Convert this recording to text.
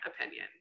opinion